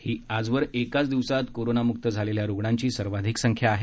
ही आजवर एकाच दिवसात कोरोनामुक्त झालेल्या रुग्णांची सर्वाधिक संख्या आहे